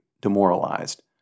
demoralized